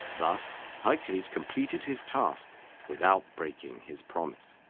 thus, hercules completed his task without breaking his promise.